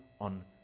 on